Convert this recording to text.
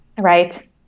Right